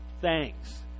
thanks